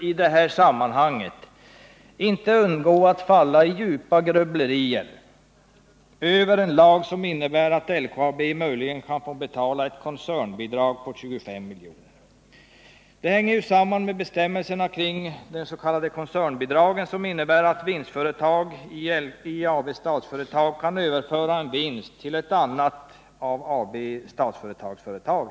I det här sammanhanget kan man inte undgå att försjunka i djupa grubblerier över en lag som innebär att LKAB möjligen kan få betala ett koncernbidrag på 25 milj.kr. Det hela hänger samman med bestämmelserna kring de s.k. koncernbidragen, som innebär att ett vinstföretag i AB Statsföretag kan överföra sin vinst till ett annat företag via AB Statsföretag.